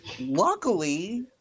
luckily